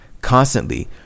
constantly